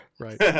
Right